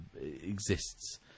exists